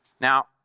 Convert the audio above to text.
Now